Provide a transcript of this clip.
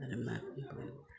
आरो मा बुंबावनो